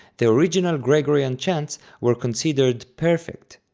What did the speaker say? the original gregorian chants were considered perfect,